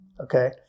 okay